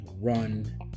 run